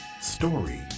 Story